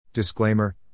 Disclaimer